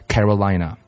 Carolina